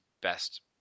best